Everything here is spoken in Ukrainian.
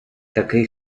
такий